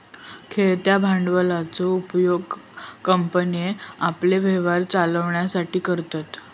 खेळत्या भांडवलाचो उपयोग कंपन्ये आपलो व्यवसाय चलवच्यासाठी करतत